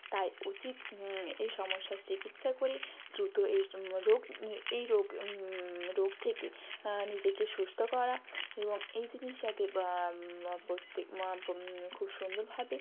তাই উচিত এই সমস্যার চিকিৎসা করে দ্রুত এর রোগ এই রোগ রোগ থেকে নিজেকে সুস্থ করা এবং এই জিনিস যাতে প্রত্যেক খুব সুন্দরভাবে